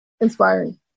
inspiring